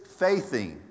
faithing